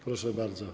Proszę bardzo.